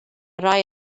rhai